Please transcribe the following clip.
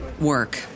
work